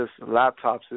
laptops